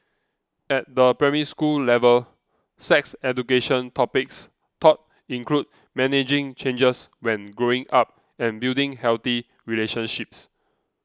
at the Primary School level sex education topics taught include managing changes when growing up and building healthy relationships